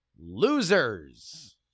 losers